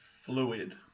fluid